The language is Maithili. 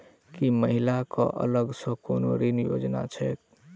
की महिला कऽ अलग सँ कोनो ऋण योजना छैक?